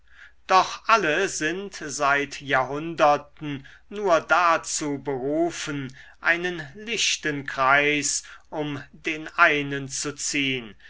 doch alle sind seit jahrhunderten nur dazu berufen einen lichten kreis um den einen zu ziehn